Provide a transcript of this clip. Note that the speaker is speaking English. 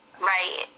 Right